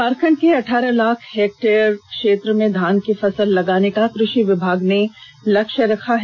झारखंड के अठारह लाख हेक्टेयर में धान की फसल लगाने का कृषि विभाग ने लक्ष्य रखा है